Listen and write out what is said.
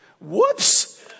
Whoops